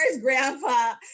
grandpa